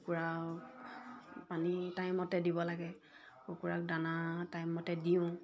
কুকুৰা পানী টাইমমতে দিব লাগে কুকুৰাক দানা টাইমমতে দিওঁ